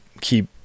keep